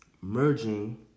merging